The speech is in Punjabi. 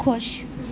ਖੁਸ਼